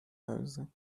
hause